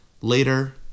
later